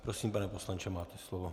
Prosím, pane poslanče, máte slovo.